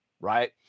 right